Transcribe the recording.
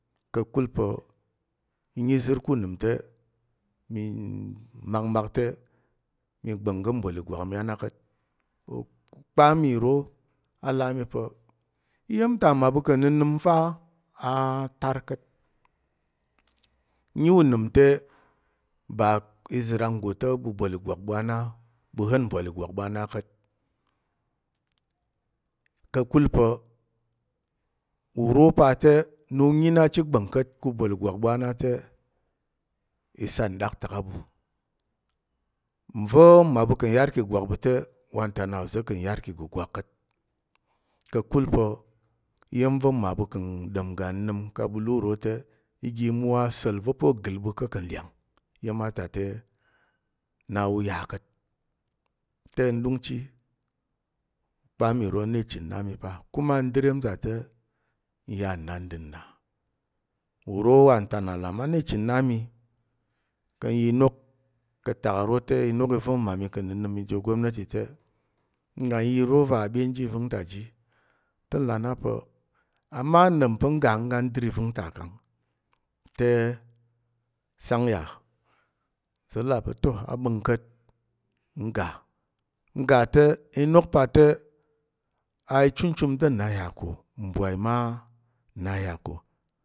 Ka̱kul pa̱ n nyi izər ku unəm te mi makmak te mi gba̱ng ka̱ mbol ìgwak mi a na ka̱t. Ukpa mi uro a là a mi pa̱ iya̱m ta mmaɓu ka̱ nnənəm fa a tar ka̱t nyi unəm te, ba iza̱ ranggo ɓu bol ìgwak ɓu a na ɓu gha̱n mbol ìgwak ɓu a na ka̱t. Ka̱kul pa̱ uro pa te na u nyi chit gba̱ng ka̱t ku bol ìgwak ɓu a na te i sat nɗaktak a ɓu. Nva̱ mmaɓu ka̱ yar ki ìgwak ɓu te wanta na uza̱ ka̱ nyar ki ìgugwak ka̱t, ka̱kul pa̱ iya̱m va̱ mmaɓu ka̱ nɗom ngga nnəm kang ɓu là uro te i ga mmwo asa̱l va pa̱ o gəl ɓu ko ka̱ nlyang iya̱m a ta te, na u ya ka̱t. Te n ɗungchi ûkpa mi uro na ichən na mi pa kuma n dər iya̱m ta te nya nnandər na. Uro wanta na lam a na ichən na mi ka̱ n yi inok ka̱ tak ro te, inok i va̱ mmami ka̱ nnənəm i ji ogobnati te, ngga iro va̱ ɓyen ji i vən ta ji. Te nlà a na pa̱ ama n ɗom pa̱ ngga ngga n dər i va̱n ta kang te sang yà. Uza̱ là pa̱ to a ɓa̱ng ka̱t ngga. Ngga te inok pa te ichumchum te na yà ko mbwai ma na yà ko